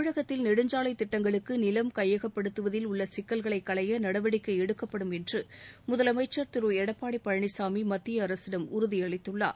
தமிழகத்தில் நெடுஞ்சாலைத் திட்டங்களுக்கு நிலம் கையகப்படுத்துவதில் உள்ள சிக்கல்களை களைய நடவடிக்கை எடுக்கப்படும் என்று முதலமைச்சர் திரு எடப்பாடி பழனிசாமி மத்திய அரசிடம் உறுதியளித்துள்ளார்